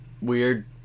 weird